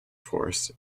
force